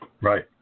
Right